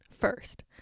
First